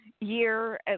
year